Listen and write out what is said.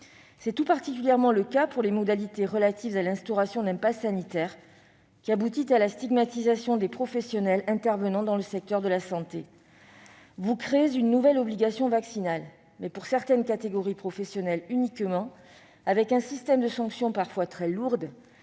C'est tout particulièrement le cas pour les modalités relatives à l'instauration d'un passe sanitaire, qui aboutissent à la stigmatisation des professionnels intervenant dans le secteur de la santé. Vous créez une nouvelle obligation vaccinale, mais seulement pour certaines catégories professionnelles, avec un système de sanctions parfois très lourdes,